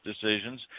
decisions